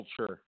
culture